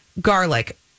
garlic